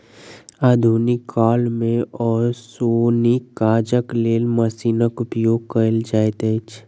आधुनिक काल मे ओसौनीक काजक लेल मशीनक उपयोग कयल जाइत अछि